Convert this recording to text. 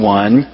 one